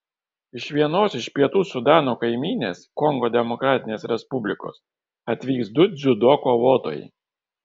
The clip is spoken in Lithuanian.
iš vienos iš pietų sudano kaimynės kongo demokratinės respublikos atvyks du dziudo kovotojai